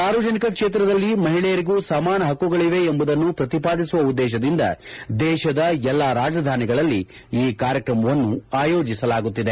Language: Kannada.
ಸಾರ್ವಜನಿಕ ಕ್ಷೇತ್ರದಲ್ಲಿ ಮಹಿಳೆಯರಿಗೂ ಸಮಾನ ಪಕ್ಕುಗಳವೆ ಎಂಬುದನ್ನು ಪ್ರತಿಪಾದಿಸುವ ಉದ್ದೇಶದಿಂದ ದೇಶದ ಎಲ್ಲಾ ರಾಜಧಾನಿಗಳಲ್ಲಿ ಈ ಕಾರ್ಯಕ್ರಮವನ್ನು ಆಯೋಜಿಸಲಾಗುತ್ತಿದೆ